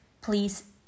Please